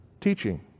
Teaching